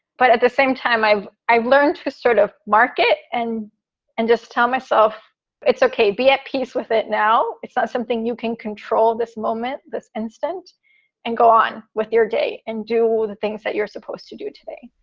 but at the same time, i've i've learned to sort of market and and just tell myself it's ok. be at peace with it. now, it's not something you can control this moment this instant and go on with your day and do all the things that you're supposed to do today